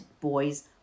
boys